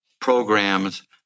programs